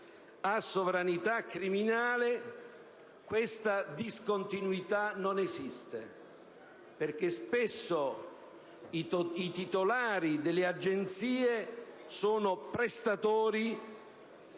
a sovranità criminale questa discontinuità non esiste, perché spesso i titolari delle agenzie sono prestanome,